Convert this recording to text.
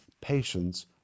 patience